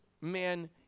man